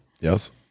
Yes